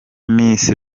miss